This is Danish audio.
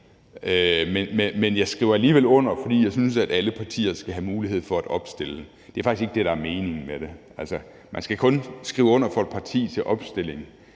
men jeg skriver alligevel under, fordi jeg synes, at alle partier skal have mulighed for at opstille. Det er faktisk ikke det, der er meningen med det. Man skal kun skrive under for et parti til opstilling,